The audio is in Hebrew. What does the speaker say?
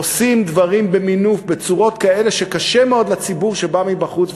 עושים דברים במינוף בצורות כאלה שקשה מאוד לציבור שבא מבחוץ,